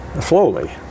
slowly